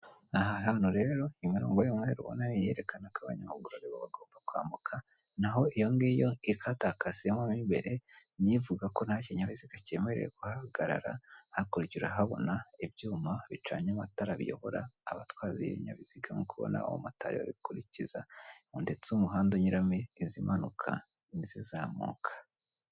Aha hantu rero imwe mu mihanda yerekana ko abanyamaguru bashobora kwambuka naho iyo ikatakase mo wo imbere nivuga ko nta kinyabiziga cyemerewe kuhahagarara . Hakujya urahabona ibyuma bicanye amatara biyobora abatwara ibinyabiziga nkuko ubona abatarimo kubikurikiza ndetse umuhanda unyuramo izimanuka n'izizamuka.